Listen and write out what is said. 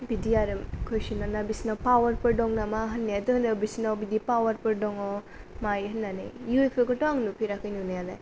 बिदि आरो कुइसनआ ना बिसोरनाव पावारफोर दं नामा होननायाथ' होनो बिसोरनाव बिदि पावारफोर दङ मायो होननानै इउ एफ अ खौथ' आं नुफेराखै नुनायालाय